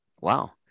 Wow